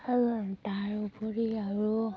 আৰু তাৰ উপৰি আৰু